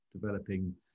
developing